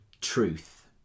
truth